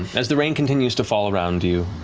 as the rain continues to fall around you,